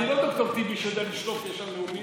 אני לא ד"ר טיבי, שיודע לשלוף ישר נאומים.